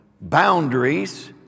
boundaries